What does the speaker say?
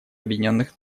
объединенных